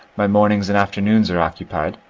my mornings and afternoons are occupied.